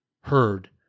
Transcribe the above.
heard